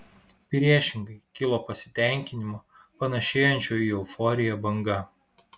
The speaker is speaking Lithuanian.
priešingai kilo pasitenkinimo panašėjančio į euforiją banga